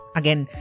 again